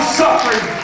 suffering